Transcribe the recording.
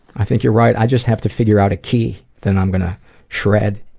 i think you're right. i just have to figure out a key, that i'm gonna shred,